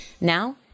Now